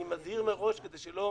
אני מזהיר מראש כדי שלא